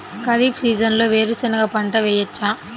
ఖరీఫ్ సీజన్లో వేరు శెనగ పంట వేయచ్చా?